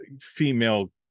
female